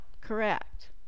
correct